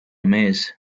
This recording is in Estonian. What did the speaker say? mees